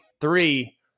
three